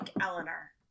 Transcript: Eleanor